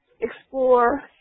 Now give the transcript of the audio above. explore